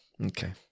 Okay